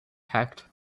packed